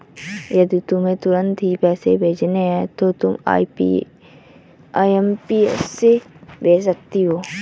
यदि तुम्हें तुरंत ही पैसे भेजने हैं तो तुम आई.एम.पी.एस से भेज सकती हो